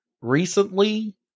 recently